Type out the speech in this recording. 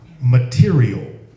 Material